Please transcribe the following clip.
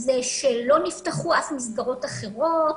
הן שלא נפתחו אף מסגרות אחרות,